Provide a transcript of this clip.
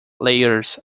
layers